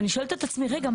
ואני שואלת את עצמי: רגע,